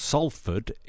Salford